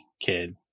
kid